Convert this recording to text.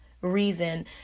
reason